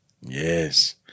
Yes